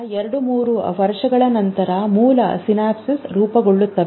ಮೊದಲ ಎರಡು ಮೂರು ವರ್ಷಗಳ ನಂತರ ಮೂಲ ಸಿನಾಪ್ಟಿಕ್ ರೂಪುಗೊಳ್ಳುತ್ತದೆ